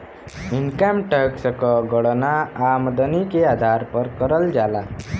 income tax क गणना आमदनी के आधार पर करल जाला